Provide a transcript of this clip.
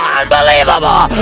unbelievable